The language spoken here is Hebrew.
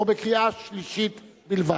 או בקריאה שלישית בלבד.